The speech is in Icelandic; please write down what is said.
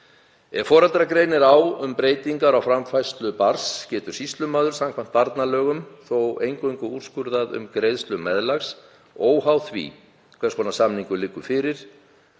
Ef foreldra greinir á um breytingar á framfærslu barns getur sýslumaður samkvæmt barnalögum þó eingöngu úrskurðað um greiðslu meðlags, óháð því hvers konar samningur liggur